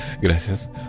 gracias